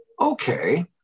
okay